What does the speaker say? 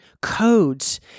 codes